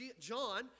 john